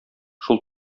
шул